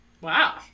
Wow